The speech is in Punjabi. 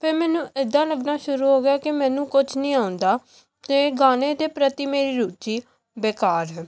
ਫਿਰ ਮੈਨੂੰ ਇੱਦਾਂ ਲੱਗਣਾ ਸ਼ੁਰੂ ਹੋ ਗਿਆ ਕਿ ਮੈਨੂੰ ਕੁਝ ਨਹੀਂ ਆਉਂਦਾ ਅਤੇ ਗਾਣੇ ਦੇ ਪ੍ਰਤੀ ਮੇਰੀ ਰੁਚੀ ਬੇਕਾਰ ਹੈ